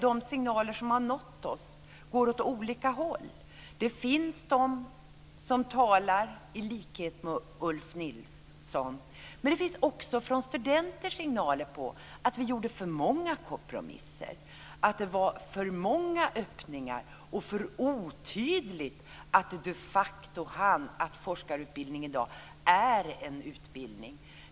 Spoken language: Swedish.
De signaler som har nått oss går åt olika håll. Det finns de som talar i likhet med Ulf Nilsson. Men det finns också från studenter signaler på att vi gjorde för många kompromisser, att det var för många öppningar och för otydligt att forskarutbildningen i dag är en utbildning.